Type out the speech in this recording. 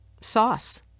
sauce